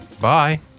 Bye